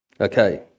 okay